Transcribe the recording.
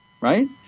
Right